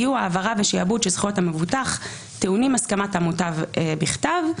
יהיו העברה ושעבוד של זכויות המבוטח טעונים הסכמת המוטב בכתב".